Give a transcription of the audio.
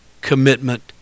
commitment